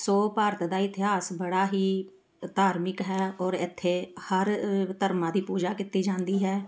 ਸੋ ਭਾਰਤ ਦਾ ਇਤਿਹਾਸ ਬੜਾ ਹੀ ਧਾਰਮਿਕ ਹੈ ਔਰ ਇੱਥੇ ਹਰ ਧਰਮਾਂ ਦੀ ਪੂਜਾ ਕੀਤੀ ਜਾਂਦੀ ਹੈ